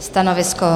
Stanovisko?